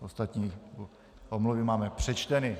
Ostatní omluvy máme přečteny.